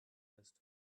list